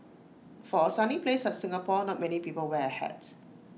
for A sunny place like Singapore not many people wear A hat